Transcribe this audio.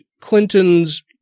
Clinton's